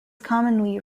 commonly